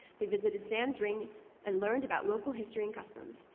they visited sands ring and learned about local history and customs.